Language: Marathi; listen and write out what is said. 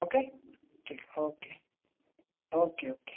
ओके ठीक ओके ओके ओके